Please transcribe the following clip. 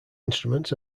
instruments